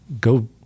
go